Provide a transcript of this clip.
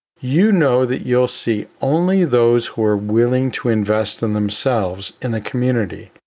you know that you'll see only those who are willing to invest in themselves in the community.